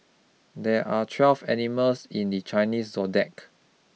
there are twelve animals in the Chinese zodiac